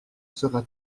sera